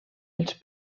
els